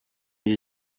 gihe